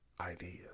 ideas